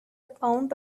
pound